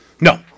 no